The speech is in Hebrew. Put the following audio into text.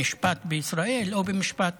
במשפט בישראל או במשפט